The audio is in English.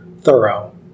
thorough